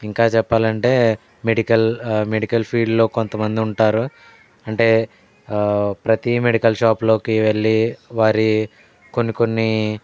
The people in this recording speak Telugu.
ఇంకా చెప్పాలంటే మెడికల్ మెడికల్ ఫీల్డ్లో కొంతమంది ఉంటారు అంటే ప్రతి మెడికల్ షాప్లోకి వెళ్ళి వారి కొన్ని కొన్ని